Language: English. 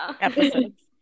episodes